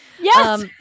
Yes